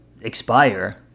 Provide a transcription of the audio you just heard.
expire